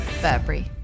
Burberry